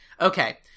okay